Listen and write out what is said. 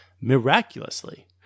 Miraculously